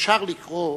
אפשר לקרוא